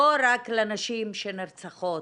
לא רק לנשים שנרצחות,